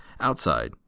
Outside